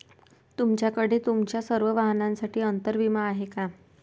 तुमच्याकडे तुमच्या सर्व वाहनांसाठी अंतर विमा आहे का